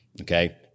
Okay